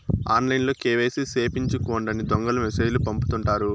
ఆన్లైన్లో కేవైసీ సేపిచ్చుకోండని దొంగలు మెసేజ్ లు పంపుతుంటారు